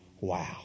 Wow